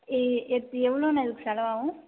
எவ்வளோண்ணே இதுக்கு செலவாகும்